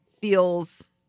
feels